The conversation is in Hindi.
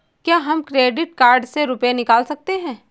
क्या हम क्रेडिट कार्ड से रुपये निकाल सकते हैं?